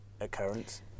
occurrence